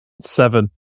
seven